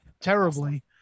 terribly